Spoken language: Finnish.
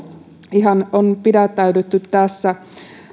ihan on pidättäydytty tässä